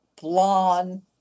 blonde